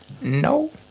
No